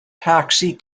taxi